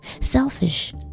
Selfish